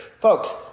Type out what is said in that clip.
Folks